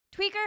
Tweaker